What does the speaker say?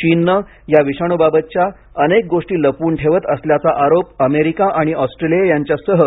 चीनने या विषाणूंबाबतच्या अनेक गोष्टी लपवून ठेवत असल्याचा आरोप अमेरिका आणि ऑस्ट्रेलिया यांच्यासह